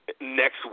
next